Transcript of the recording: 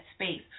space